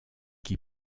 qui